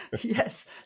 Yes